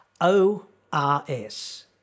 O-R-S